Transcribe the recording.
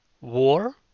war